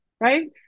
right